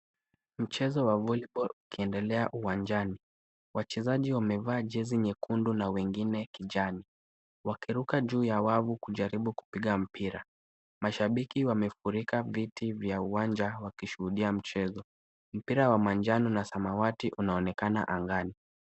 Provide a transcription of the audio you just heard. Mchezo wa volleyball ukiendelea uwanjani, wachezaji wamevaa jezi nyekundu na wengine kijani wakiruka juu ya wavu kujaribu kupiga mpira. Mashabiki wamefurika viti vya uwanja wakishuhudia mchezo. Mpira wa manjano na samawati unaonekana angani.